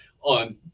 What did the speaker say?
on